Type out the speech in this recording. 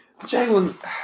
Jalen